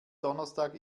donnerstag